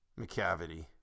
McCavity